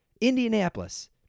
Indianapolis